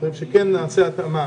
שנעשה התאמה